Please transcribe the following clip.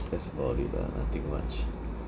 that's about it lah nothing much